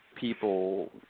people